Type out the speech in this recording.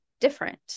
different